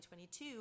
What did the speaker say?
2022